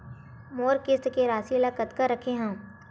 मोर किस्त के राशि ल कतका रखे हाव?